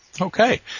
Okay